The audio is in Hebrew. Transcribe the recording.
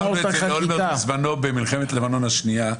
אמרנו את זה לאולמרט בזמנו במלחמת לבנון השנייה.